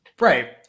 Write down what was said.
right